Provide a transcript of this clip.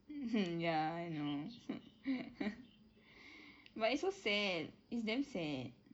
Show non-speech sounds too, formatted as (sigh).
mmhmm ya I know (laughs) but it's so sad it's damn sad